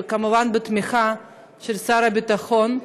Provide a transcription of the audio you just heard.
וכמובן בתמיכה של שר הביטחון,